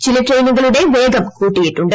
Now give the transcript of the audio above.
ചില ട്രെയിനുകളുടെ വേഗം കൂട്ടിയിട്ടുണ്ട്